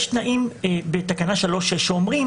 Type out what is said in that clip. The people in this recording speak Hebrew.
יש תנאים בתקנה3(6) שאומרים